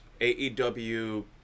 AEW